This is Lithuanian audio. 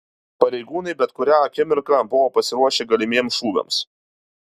pareigūnai bet kurią akimirką buvo pasiruošę galimiems šūviams